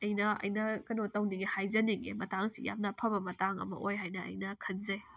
ꯑꯩꯅ ꯑꯩꯅ ꯀꯩꯅꯣ ꯇꯧꯅꯤꯡꯏ ꯍꯥꯏꯖꯅꯤꯡꯏ ꯃꯇꯥꯡꯁꯤ ꯌꯥꯝꯅ ꯐꯕ ꯃꯇꯥꯡ ꯑꯃ ꯑꯣꯏ ꯍꯥꯏꯅ ꯑꯩꯅ ꯈꯟꯖꯩ